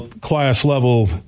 class-level